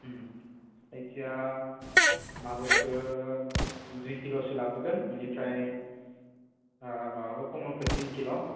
जायखिया मागुरखो दुइ किल'सो लाबोगोन इनिफ्राय ओ माबाखौ कमलखौ तिन किल'